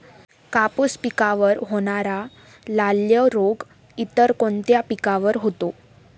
कापूस पिकावर होणारा लाल्या रोग इतर कोणत्या पिकावर होतो?